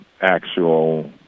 actual